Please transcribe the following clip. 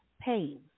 pain